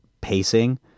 pacing